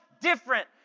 different